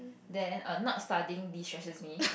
then err not studying destresses me